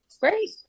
great